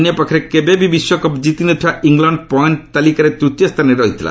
ଅନ୍ୟପକ୍ଷରେ କେବେ ବି ବିଶ୍ୱକପ୍ କିତିନଥିବା ଇଂଲଣ୍ଡ ପଏଣ୍ଟ୍ ତାଲିକାର ତୃତୀୟ ସ୍ଥାନରେ ରହିଥିଲା